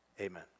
amen